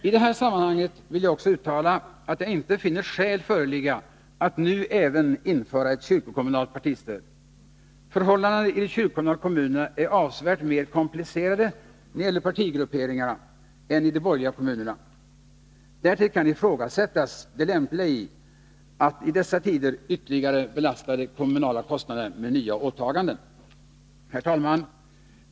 I det här sammanhanget vill jag också uttala att jag inte finner skäl föreligga att nu även införa ett kyrkokommunalt partistöd. Förhållandena i de kyrkokommunala kommunerna är avsevärt mer komplicerade när det gäller partigrupperingarna än i de borgerliga kommunerna. Därtill kan ifrågasättas det lämpliga i att i dessa tider ytterligare belasta de kommunala kostnaderna med nya åtaganden. Herr talman!